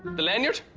the lanyard?